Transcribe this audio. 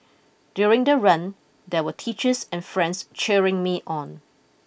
during the run there were teachers and friends cheering me on